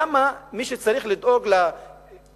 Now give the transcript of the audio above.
למה מי שצריך לדאוג ליישובים